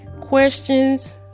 questions